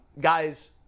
Guys